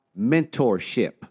mentorship